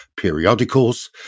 periodicals